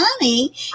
money